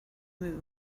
move